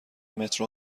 مترو